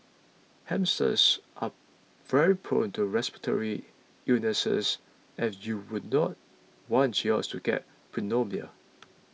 hamsters are very prone to respiratory illnesses and you would not want yours to get pneumonia